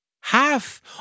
Half